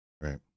Right